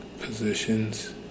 positions